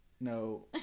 No